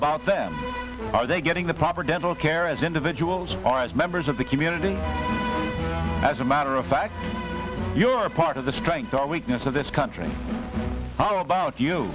about them are they getting the proper dental care as individuals or as members of the community as a matter of fact you are part of the strength or weakness of this country how